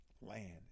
Land